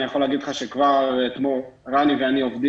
אני יכול להגיד לך שכבר אתמול רני ואני עובדים